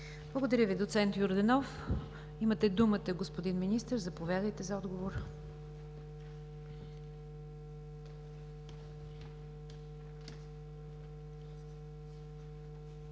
Благодаря Ви, доц. Йорданов. Имате думата, господин Министър, заповядайте за отговор.